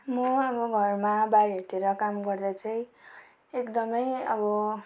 म अब घरमा बारीहरूतिर काम गर्दा चाहिँ एकदमै अब